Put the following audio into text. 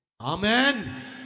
Amen